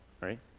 right